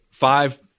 five